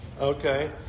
okay